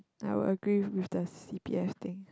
I would agree with the c_p_f thing